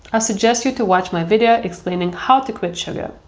i suggest you to watch my video explaining how to quit sugar.